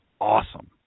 awesome